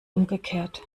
umgekehrt